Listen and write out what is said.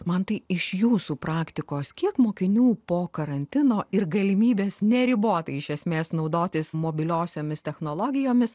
mantai iš jūsų praktikos kiek mokinių po karantino ir galimybės neribotai iš esmės naudotis mobiliosiomis technologijomis